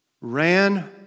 ran